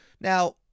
now